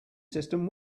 system